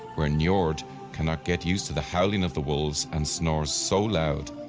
where njord cannot get used to the howling of the wolves and snores so loud,